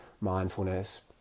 mindfulness